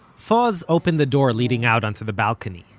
fawz opened the door leading out onto the balcony